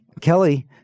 Kelly